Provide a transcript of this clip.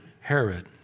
Herod